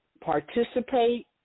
participate